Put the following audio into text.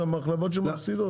זה למחלבות שמפסידות.